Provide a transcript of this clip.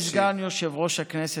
מכובדי סגן יושב-ראש הכנסת,